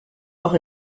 auch